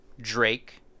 Drake